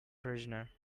prisoner